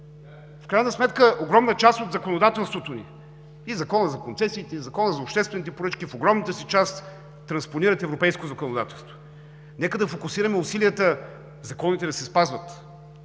В крайна сметка огромна част от законодателството ни – и Законът за концесиите, и Законът за обществените поръчки, в огромната си част транспонират европейско законодателство. Нека да фокусираме усилията законите да се спазват,